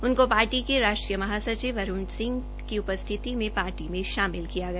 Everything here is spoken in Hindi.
उनको पार्टी के राष्ट्रीय महासचिव अरूण की उपस्थिति में पार्टी में शामिल किया गया